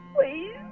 Please